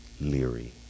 Leary